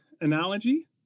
analogy